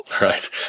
Right